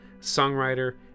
songwriter